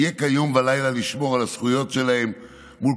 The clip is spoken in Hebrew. נהיה כאן יום ולילה לשמור על הזכויות שלהם מול